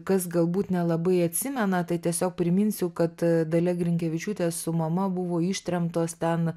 kas galbūt nelabai atsimena tai tiesiog priminsiu kad dalia grinkevičiūtė su mama buvo ištremtos ten